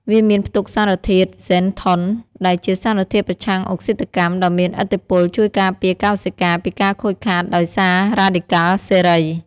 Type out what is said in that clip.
វាមានផ្ទុកសារធាតុ ហ្សេនថុន ដែលជាសារធាតុប្រឆាំងអុកស៊ីតកម្មដ៏មានឥទ្ធិពលជួយការពារកោសិកាពីការខូចខាតដោយសាររ៉ាឌីកាល់សេរី។